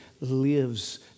lives